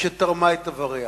שתרמה את איבריה.